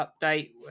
update